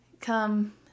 Come